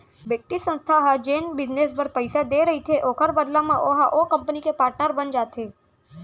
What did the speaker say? बित्तीय संस्था ह जेन बिजनेस बर पइसा देय रहिथे ओखर बदला म ओहा ओ कंपनी के पाटनर बन जाथे